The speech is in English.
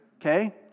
Okay